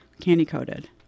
candy-coated